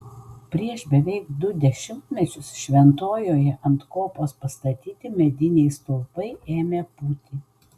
prieš beveik du dešimtmečius šventojoje ant kopos pastatyti mediniai stulpai ėmė pūti